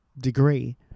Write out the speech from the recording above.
degree